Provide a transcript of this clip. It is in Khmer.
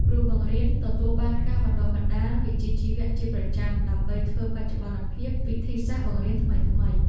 គ្រូបង្រៀនទទួលបានការបណ្តុះបណ្តាលវិជ្ជាជីវៈជាប្រចាំដើម្បីធ្វើបច្ចុប្បន្នភាពវិធីសាស្ត្របង្រៀនថ្មីៗ។